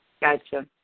Gotcha